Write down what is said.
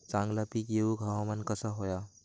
चांगला पीक येऊक हवामान कसा होया?